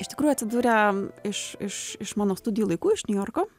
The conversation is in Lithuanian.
iš tikrųjų atsidurė iš iš iš mano studijų laikų iš niujorko